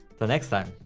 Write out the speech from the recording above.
but next time.